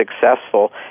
successful